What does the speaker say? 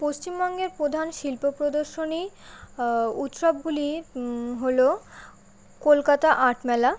পশ্চিমবঙ্গে প্রধান শিল্প প্রদর্শনী উৎসবগুলি হলো কলকাতা আর্ট মেলা